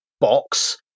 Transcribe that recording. box